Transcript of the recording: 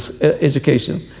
education